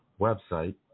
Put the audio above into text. website